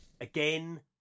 Again